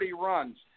runs